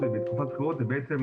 כמו שאמרת,